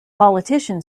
politician